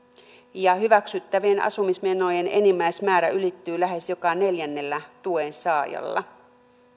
ja hyväksyttävien asumismenojen enimmäismäärä ylittyi lähes joka neljännellä tuensaajalla